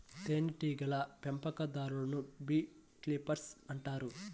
తేనెటీగల పెంపకందారులను bee keepers అంటారు